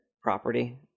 property